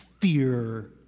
fear